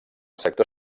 sector